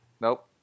Nope